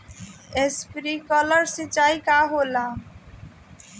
Sprinkler सिंचाई का होला?